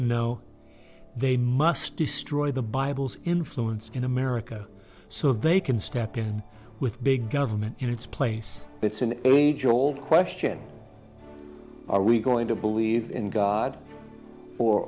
know they must destroy the bibles influence in america so they can step in with big government in its place it's an age old question are we going to believe in god